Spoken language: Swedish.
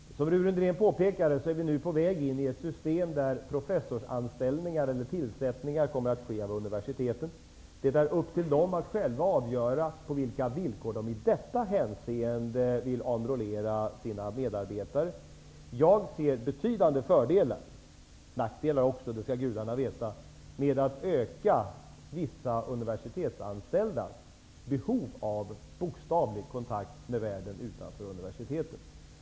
Som Rune Rydén påpekade är vi nu på väg in i ett system där professorstillsättningar kommer att ske vid universiteten. Det är upp till dem att själva avgöra på vilka villkor de i detta hänseende vill enrollera sina medarbetare. Jag ser betydande fördelar -- och också nackdelar, det skall gudarna veta -- med att öka vissa universitetsanställdas behov av bokstavlig kontakt med världen utanför universiteten.